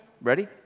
ready